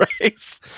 race